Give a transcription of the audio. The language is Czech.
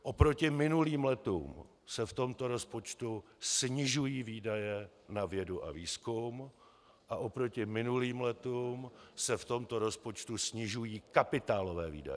Oproti minulým letům se v tomto rozpočtu snižují výdaje na vědu a výzkum a oproti minulým letům se v tomto rozpočtu snižují kapitálové výdaje.